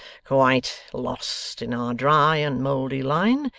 quite lost, in our dry and mouldy line.